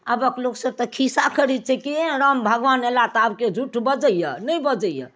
आबक लोक सभ तऽ खीसा करै छै कि एह राम भगबान एला तऽ आब केओ झूठ बजै यऽ नइ बजै यऽ